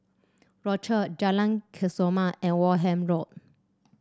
Rochor Jalan Kesoma and Wareham Road